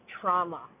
trauma